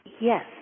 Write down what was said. Yes